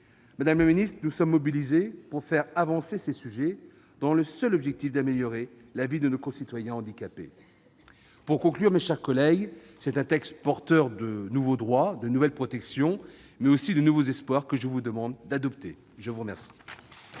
Madame la secrétaire d'État, nous sommes mobilisés pour faire avancer ses sujets dans le seul objectif d'améliorer la vie de nos concitoyens handicapés. Mes chers collègues, c'est un texte porteur de nouveaux droits et protections, mais aussi de nouveaux espoirs, que je vous demande d'adopter. La parole